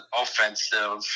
offensive